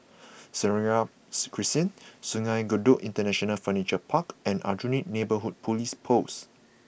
Seraya Crescent Sungei Kadut International Furniture Park and Aljunied Neighbourhood Police Post